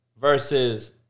versus